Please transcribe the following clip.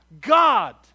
God